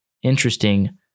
Interesting